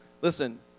Listen